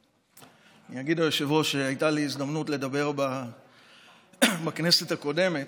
אגיד ליושב-ראש שהייתה לי הזדמנות לדבר בכנסת הקודמת,